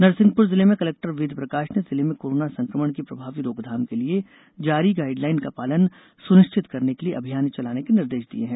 नरसिंहपुर जिले में कलेक्टर वेद प्रकाश ने जिले में कोरोना संक्रमण की प्रभावी रोकथाम के लिए जारी गाइड लाइन का पालन सुनिश्चित करने के लिए अभियान चलाने के निर्देश दिये हैं